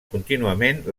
contínuament